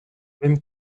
même